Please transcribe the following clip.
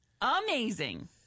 amazing